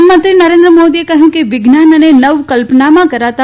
પ્રધાનમંત્રી નરેન્દ્ર મોદીએ કહ્યું કે વિજ્ઞાન અને નવકલ્પનામાં કરાતા